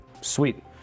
Sweet